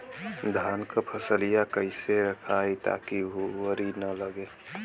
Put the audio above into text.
धान क फसलिया कईसे रखाई ताकि भुवरी न लगे?